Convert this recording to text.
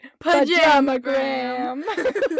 Pajamagram